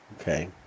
Okay